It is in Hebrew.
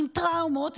עם טראומות,